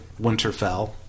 Winterfell